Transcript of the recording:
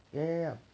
ya ya ya